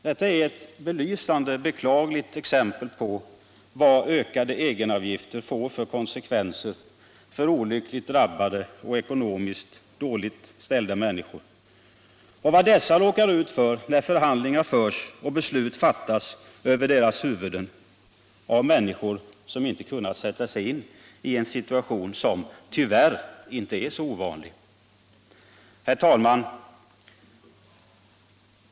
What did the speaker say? Detta är ett belysande beklagligt exempel på vad ökade egenavgifter får för konsekvenser för olyckligt drabbade och ekonomiskt dåligt ställda människor och vad dessa råkar ut för när förhandlingar förs och beslut fattas över deras huvuden av människor som inte kan sätta sig in i en situation som tyvärr inte är så ovanlig. Herr talman!